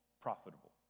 profitable